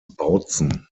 bautzen